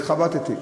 התחבטתי.